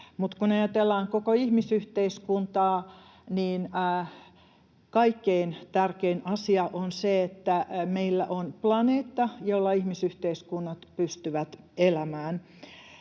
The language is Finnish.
mutta kun ajatellaan koko ihmisyhteiskuntaa, niin kaikkein tärkein asia on se, että meillä on planeetta, jolla ihmisyhteiskunnat pystyvät elämään.